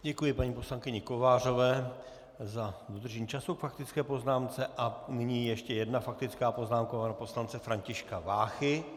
Děkuji paní poslankyni Kovářové za dodržení času k faktické poznámce a nyní ještě jedna faktická poznámka pana poslance Františka Váchy.